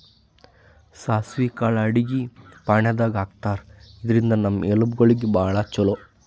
ಸಾಸ್ವಿ ಕಾಳ್ ಅಡಗಿ ಫಾಣೆದಾಗ್ ಹಾಕ್ತಾರ್, ಇದ್ರಿಂದ್ ನಮ್ ಎಲಬ್ ಗೋಳಿಗ್ ಭಾಳ್ ಛಲೋ